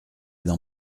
dans